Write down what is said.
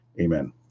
amen